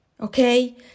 okay